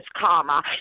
karma